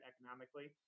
economically